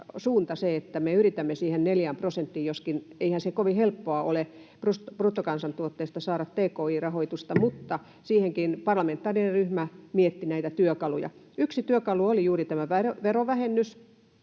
suunta, että me yritämme siihen neljään prosenttiin, joskin eihän se kovin helppoa ole bruttokansantuotteesta sen verran saada tki-rahoitusta, mutta siihenkin parlamentaarinen ryhmä mietti työkaluja. Yksi työkalu oli juuri tämä verovähennysoikeus,